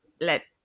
let